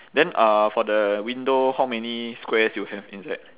then uh for the window how many squares you have inside